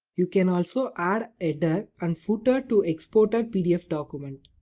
you can also add a header and footer to export a pdf document.